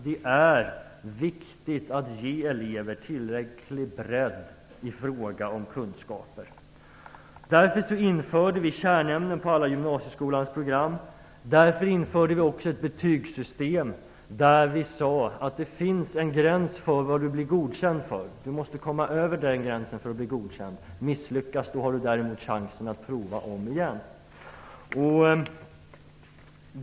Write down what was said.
Det är viktigt att ge eleverna en tillräcklig kunskapsbredd. Därför införde vi kärnämnen på gymnasieskolans alla program. Därför införde vi ett betygssystem om vilket vi sade att det finns en gräns för vad man blir godkänd för. Man måste komma över den gränsen för att bli godkänd. Misslyckas man har man däremot chans att försöka igen.